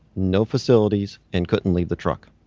no facilities, and couldn't leave the truck.